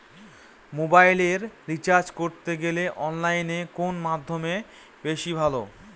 মোবাইলের রিচার্জ করতে গেলে অনলাইনে কোন মাধ্যম বেশি ভালো?